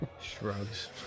Shrugs